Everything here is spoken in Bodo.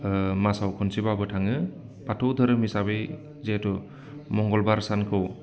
मासाव खनसेब्लाबो थाङो बाथौ धोरोम हिसाबै जिहैथु मंगलबार सानखौ